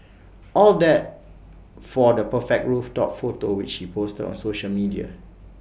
all that for the perfect rooftop photo which he posted on social media